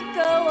go